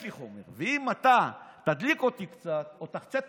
ואם אתה תדליק אותי קצת או תחצה את